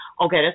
Okay